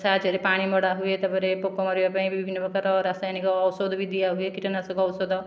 ସାହାଯ୍ୟରେ ପାଣି ମଡ଼ା ହୁଏ ତା'ପରେ ପୋକ ମାରିବା ପାଇଁ ବି ବିଭିନ୍ନ ପ୍ରକାର ରାସାୟନିକ ଔଷଧ ବି ଦିଆହୁଏ କୀଟନାଶକ ଔଷଧ